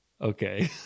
Okay